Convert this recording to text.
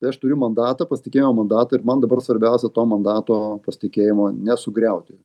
tai aš turiu mandatą pasitikėjimo mandatą ir man dabar svarbiausia to mandato pasitikėjimo nesugriauti